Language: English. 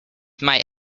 mate